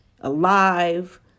alive